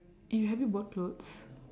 you have you bought clothes